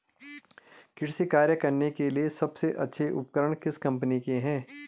कृषि कार्य करने के लिए सबसे अच्छे उपकरण किस कंपनी के हैं?